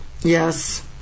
Yes